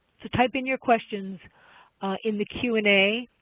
so type in your questions in the q and a,